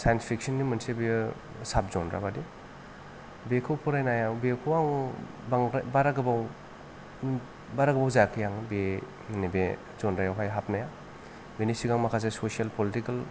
science fiction मोनसे बियो साब जनरा बादि बेखौ फरायनायाव बेखौ आं बांद्राय बारा गोबाव बारा गोबाव जायाखै आं बे नै बेे जनरायावहाय हाबनाया बेनि सिगां माखासे ससियेल पलिटिकोल